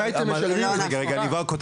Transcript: אם הייתם משלבים --- לא,